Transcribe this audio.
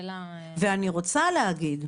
ואני רוצה להגיד,